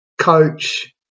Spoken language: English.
Coach